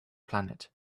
planet